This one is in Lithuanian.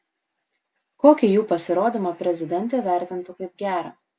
kokį jų pasirodymą prezidentė vertintų kaip gerą